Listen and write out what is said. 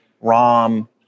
ROM